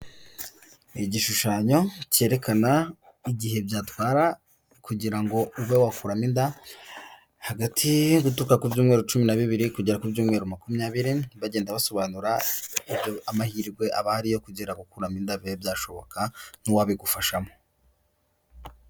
Ni igishushanyo cyerekana igihe byatwara kugirango ngo uve wakura mo inda hagati guturuka ku byumweru cumi na bibiri kugera ku byumweru makumyabiri bagenda basobanura amahirwe aba ahari kugera gukuramo inda bibe byashoboka n'uwabigufashamo.